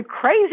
crazy